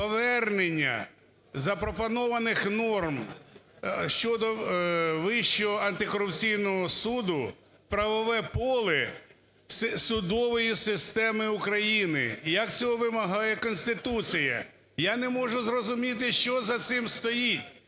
повернення запропонованих норм щодо Вищого Антикорупційного суду в правове поле судової системи України як цього вимагає Конституція. Я не можу зрозуміти: що за цим стоїть,